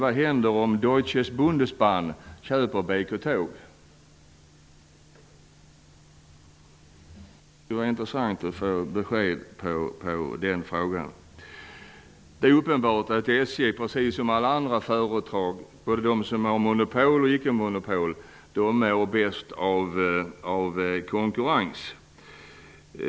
Vad händer om Deutsches Bundesbahn i en sådan situation köper BK-Tåg? Det skulle vara intressant att få svar på den frågan. Det är uppenbart att SJ -- precis som alla andra företag, både de som har monopol och de som inte har det -- mår bäst av konkurrens.